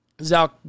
Zach